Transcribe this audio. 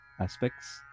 aspects